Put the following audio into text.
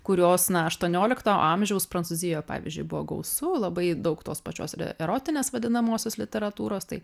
kurios na aštuoniolikto amžiaus prancūzijoj pavyzdžiui buvo gausu labai daug tos pačios erotinės vadinamosios literatūros tai